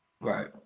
Right